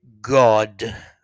God